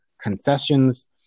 concessions